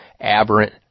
aberrant